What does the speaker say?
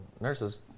nurses